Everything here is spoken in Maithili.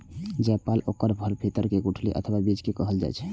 जायफल ओकर फलक भीतर के गुठली अथवा बीज कें कहल जाइ छै